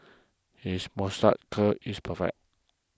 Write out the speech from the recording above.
his moustache curl is perfect